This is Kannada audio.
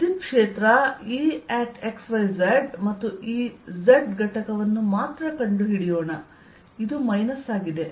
ವಿದ್ಯುತ್ ಕ್ಷೇತ್ರ E x y z ಮತ್ತು ಈ z ಘಟಕವನ್ನು ಮಾತ್ರ ಕಂಡುಹಿಡಿಯೋಣ ಇದು ಮೈನಸ್ ಆಗಿದೆ